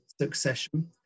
succession